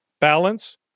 balance